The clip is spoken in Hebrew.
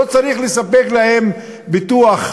לא צריך לספק להם ביטוח,